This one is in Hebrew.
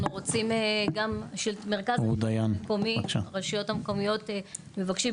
מרכז השלטון המקומי והרשויות המקומיות מבקשים